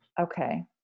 Okay